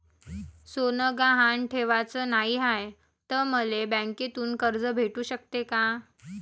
सोनं गहान ठेवाच नाही हाय, त मले बँकेतून कर्ज भेटू शकते का?